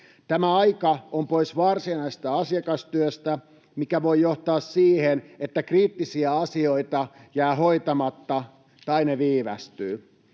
Tämä aika on pois varsinaisesta asiakastyöstä, mikä voi johtaa siihen, että kriittisiä asioita jää hoitamatta tai ne viivästyvät.